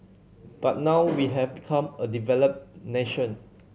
but now we have become a developed nation